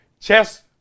Chess